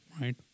right